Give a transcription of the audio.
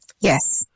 Yes